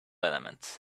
elements